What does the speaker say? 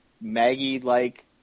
Maggie-like